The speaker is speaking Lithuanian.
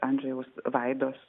andžejaus vaidos